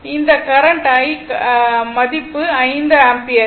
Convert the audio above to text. இந்த current I கரண்ட்டின் rms மதிப்பு 5 ஆம்பியர்